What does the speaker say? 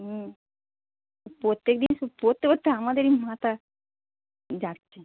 হুম প্রত্যেক দিন শুধু পড়তে পড়তে আমাদেরই মাথা যাচ্ছে